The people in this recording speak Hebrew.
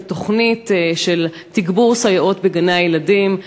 על תוכנית של תגבור סייעות בגני-הילדים.